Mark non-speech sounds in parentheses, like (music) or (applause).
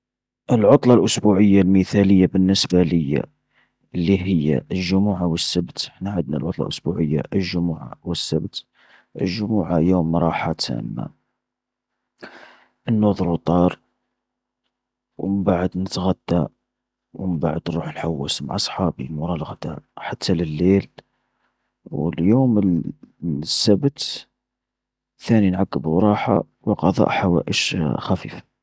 العطلة الأسبوعية المثالية بالنسبة لي، اللي هي الجمعة والسبت، احنا عدنا العطلة الأسبوعية الجمعة والسبت. الجمعة يوم راحة تامة، نوظ روطار، ومن بعد نتغدى، ومن بعد نروح نحوس مع أصحابي مورا الغدا حتى لليل. وليوم (hesitation) السبت، ثاني نعقبو راحة وقضاء حوائج (hesitation) خفيفة.